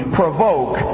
provoke